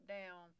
down